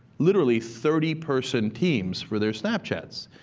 literally, thirty person teams for their snapchats.